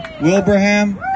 Wilbraham